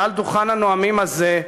מעל דוכן הנואמים הזה,